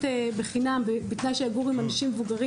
לסטודנטים בתמונה למגורים עם קשישים.